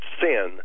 sin